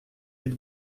від